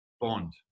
bond